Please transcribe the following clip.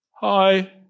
Hi